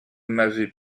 m’avez